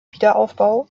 wiederaufbau